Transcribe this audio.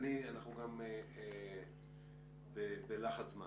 אנחנו גם בלחץ זמן.